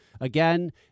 Again